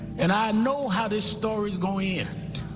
and i know how this story's going and